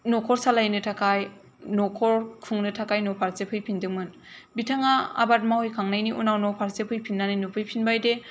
न'खर सालायनो थाखाय न'खर खुंनो थाखाय न'फारसे फैफिनदोंमोन बिथाङा आबाद मावहैखांनायनि उनाव न'फारसे फैफिननानै नुफैफिनबाय दि